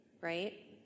right